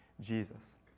Jesus